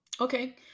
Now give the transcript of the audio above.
Okay